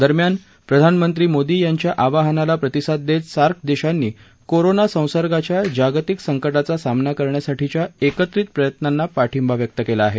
दरम्यान प्रधानमंत्री मोदी यांच्या आवाहनाला प्रतिसाद देत सार्क देशांनी कोरोना संसर्गाच्या जागतिक संकावा सामना करण्यासाठीच्या एकत्रित प्रयत्नांना पाठिंबा व्यक्त केला आहे